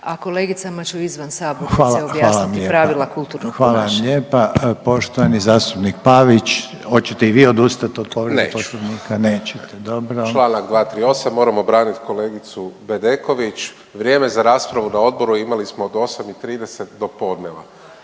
a kolegicama ću izvan sabornice objasniti pravila kulturnog ponašanja. **Reiner, Željko (HDZ)** Hvala vam lijepa. Poštovani zastupnik Pavić hoćete i vi odustati od povrede Poslovnika? **Pavić, Marko (HDZ)** Neću. Članak 238. moram obraniti kolegicu Bedeković. Vrijeme za raspravu na odboru imali smo od 8,30 do podneva.